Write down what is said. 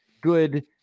good